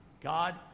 God